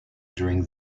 during